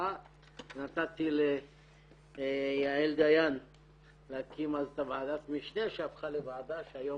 והרווחה ונתתי ליעל דיין להקים אז את ועדת המשנה שהפכה לוועדה שהיום